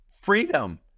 freedom